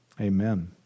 Amen